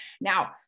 now